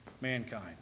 mankind